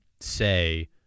say